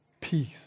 Peace